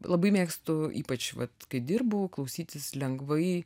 labai mėgstu ypač vat kai dirbu klausytis lengvai